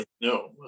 No